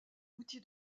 outil